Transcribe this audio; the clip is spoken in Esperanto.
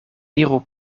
iru